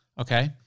Okay